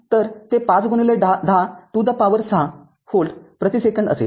तर ते ५१० to the power ६ volt प्रति सेकंद असेल